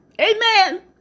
Amen